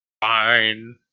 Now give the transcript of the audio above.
Fine